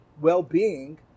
well-being